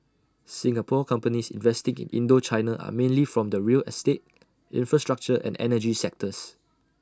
Singapore companies investigate Indochina are mainly from the real estate infrastructure and energy sectors